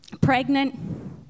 pregnant